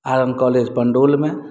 R N college पंडोलमे